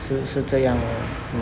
是不是这样 lor